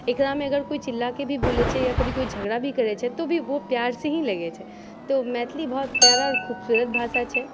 एकरामे अगर कोइ चिल्लाके भी बोलय छै या कभी कोइ झगड़ा भी करै छै तो भी वो प्यार से ही लगै छै तो मैथिली बहुत प्यारा खुबसूरत भाषा छै